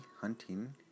Hunting